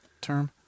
term